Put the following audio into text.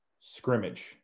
scrimmage